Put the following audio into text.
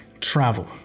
travel